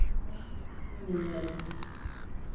ᱧᱮᱧᱮᱞ